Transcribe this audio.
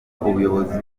ubuyobozi